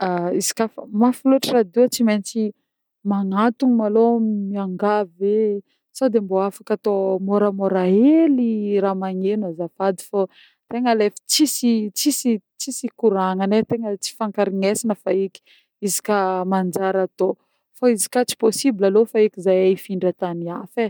izy koà mafy loatra radio, tsy mentsy magnantogna malôha miangavy e, sô de mbô afaka atô moramora hely raha magneno azafady fô, tegna lefa tsisy tsisy tsisy hikoranagna ein, tegna tsy hifankarignesina feky izy koà manjary atô fô izy koà tsy possible aleo feky zehe hifindra an-tany hafa ein.